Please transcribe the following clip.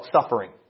suffering